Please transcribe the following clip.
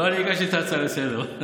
לא אני הגשתי את ההצעה לסדר-היום.